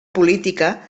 política